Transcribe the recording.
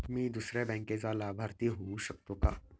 मी दुसऱ्या बँकेचा लाभार्थी होऊ शकतो का?